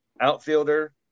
Outfielder